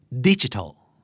Digital